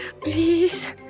please